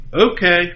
Okay